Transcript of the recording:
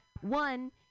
One